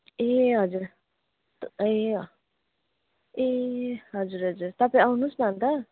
ए हजुर ए अँ ए हजुर हजुर तपाईँ आउनुहोस् न अन्त